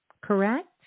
correct